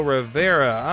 Rivera